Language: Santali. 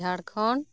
ᱡᱷᱟᱲᱠᱷᱚᱱᱰ